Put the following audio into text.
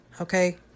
Okay